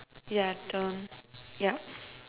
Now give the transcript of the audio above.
yeah done yeah